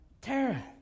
Tara